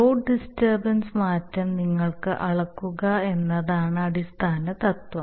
load disturbance മാറ്റം നിങ്ങൾ അളക്കുക എന്നതാണ് അടിസ്ഥാന തത്വം